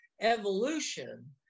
evolution